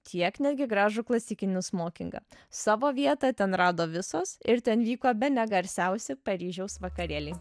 tiek netgi gražų klasikinį smokingą savo vietą ten rado visos ir ten vyko bene garsiausi paryžiaus vakarėliai